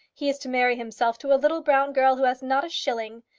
he is to marry himself to a little brown girl, who has not a shilling.